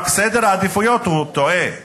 רק שסדר העדיפויות מוטעה ושונה.